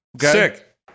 Sick